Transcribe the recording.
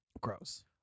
Gross